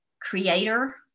creator